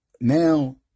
now